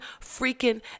freaking